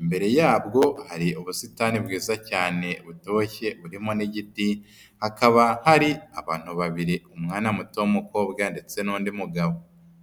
Imbere yabwo hari ubusitani bwiza cyane butoshye burimo n'igiti, hakaba hari abantu babiri, umwana muto w'umukobwa ndetse n'undi mugabo.